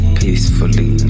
peacefully